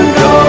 go